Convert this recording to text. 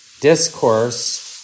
discourse